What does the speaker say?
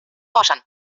forschern